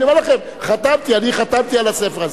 אני אומר לכם: חתמתי, אני חתמתי על הספר הזה.